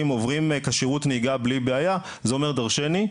עוברים כשירות נהיגה בלי בעיה זה אומר דרשני,